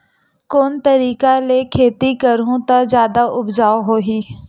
कोन तरीका ले खेती करहु त जादा उपज होही?